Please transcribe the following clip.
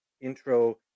intro